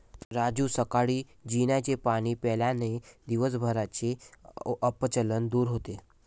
राजू सकाळी जिऱ्याचे पाणी प्यायल्याने दिवसभराचे अपचन दूर होते